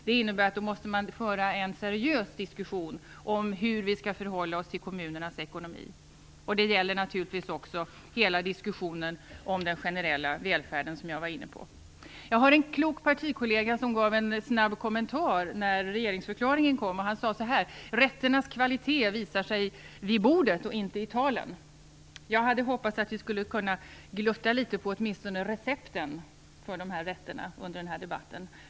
Det innebär att man måste föra en seriös diskussion om hur vi skall förhålla oss till kommunernas ekonomi. Det gäller naturligtvis också hela diskussionen om den generella välfärden, som jag var inne på. Jag har en klok partikollega som gav en snabb kommentar när regeringsförklaringen kom. Han sade så här: Rätternas kvalitet visar sig vid bordet och inte i talen. Jag hade hoppats att vi åtminstone skulle kunna glutta litet på recepten för dessa rätter under denna debatt.